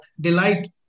delight